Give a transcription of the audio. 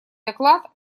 доклад